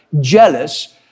jealous